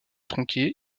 tronqué